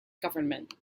government